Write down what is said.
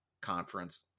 conference